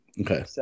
Okay